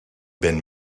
been